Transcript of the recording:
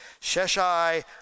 Sheshai